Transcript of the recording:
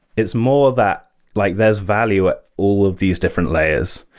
it's more that like there's value at all of these different layers.